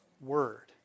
word